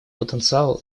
потенциал